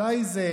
מתי זאת